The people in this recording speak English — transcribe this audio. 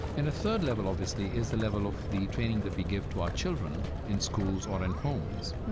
and a third level, obviously, is the level of the training that we give to our children in schools or in homes.